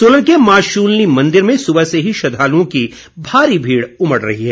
सोलन के माँ शूलिनी मंदिर में सुबह से ही श्रद्वालुओं की भारी भीड़ उमड़ रही है